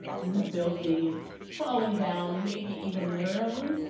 and the building is falling down, maybe even literally,